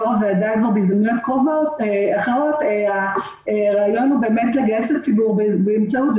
בזמנים אחרים הרעיון לגשת לציבור באמצעות זה